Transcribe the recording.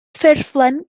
ffurflen